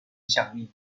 影响力